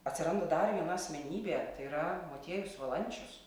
atsiranda dar viena asmenybė tai yra motiejus valančius